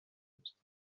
داشتیم